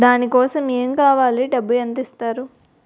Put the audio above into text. దాని కోసం ఎమ్ కావాలి డబ్బు ఎంత ఇస్తారు?